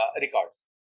records